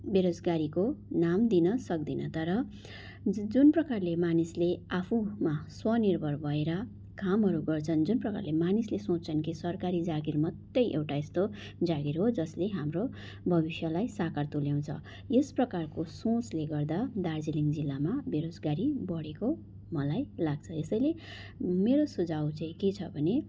बेरोजगारीको नाम दिन सक्दिनँ तर जु जुन प्रकारले मानिसले आफूमा स्वनिर्भर भएर कामहरू गर्छन् जुन प्रकारले मानिसले सोच्छन् कि सरकारी जागिर मात्रै एउटा यस्तो जागिर हो जसले हाम्रो भविष्यलाई साकार तुल्याउँछ यसप्रकारको सोचले गर्दा दार्जिलिङ जिल्लामा बेरोजगारी बढेको मलाई लाग्छ यसैले मेरो सुझाउ चाहिँ के छ भने